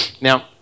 Now